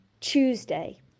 Tuesday